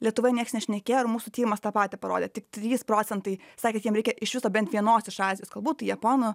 lietuvoje nieks nešnekėjo mūsų tyrimas tą patį parodė tik trys procentai sakė kad jiem reikia iš viso bent vienos iš azijos kalbų tai japonų